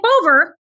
over